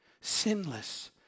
sinless